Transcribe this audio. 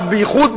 רק באיחוד,